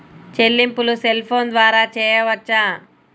చెల్లింపులు cell phone ద్వారా చేయవచ్చా?